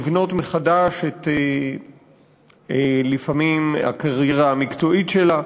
לבנות מחדש לפעמים את הקריירה המקצועית שלה,